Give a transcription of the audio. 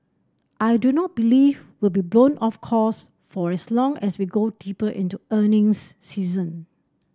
I do not believe will be blown off course for as long as we go deeper into earnings season